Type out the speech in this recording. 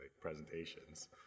presentations